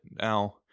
Now